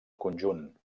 conjunt